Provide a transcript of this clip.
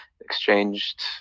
exchanged